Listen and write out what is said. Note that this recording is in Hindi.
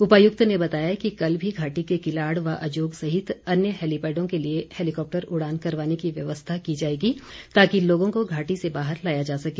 उपायुक्त ने बताया कि कल भी घाटी के किलाड़ व अजोग सहित अन्य हेलिपेडों के लिए हेलिकॉप्टर उड़ान करवाने की व्यवस्था की जाएगी ताकि लोगों को घाटी से बाहर लाया जा सके